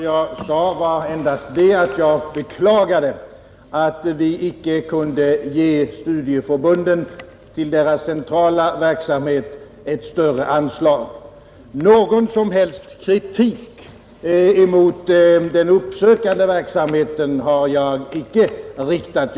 Herr talman! Vad jag sade var endast att jag beklagade att vi icke kunde ge studieförbunden större anslag till deras centrala verksamhet. Någon som helst kritik mot den uppsökande verksamheten har jag icke riktat.